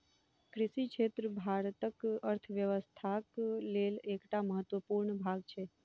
कृषि क्षेत्र भारतक अर्थव्यवस्थाक लेल एकटा महत्वपूर्ण भाग छै